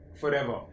forever